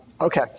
Okay